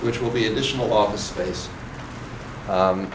which will be additional office space